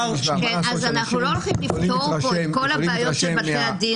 אז אנחנו לא הולכים לפתור פה את כל הבעיות של בתי הדין